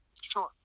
sure